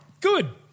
Good